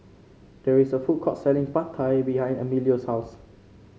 there is a food court selling Pad Thai behind Emilio's house